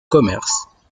commerces